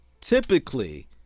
typically